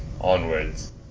onwards